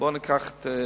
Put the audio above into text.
בואו ניקח תרופה,